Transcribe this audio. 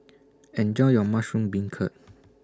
Enjoy your Mushroom Beancurd